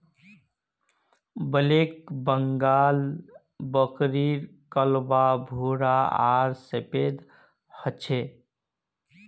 black Bengal बकरीर कलवा भूरा आर सफेद ह छे